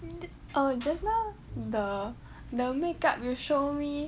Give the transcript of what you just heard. oh just now the the makeup you show me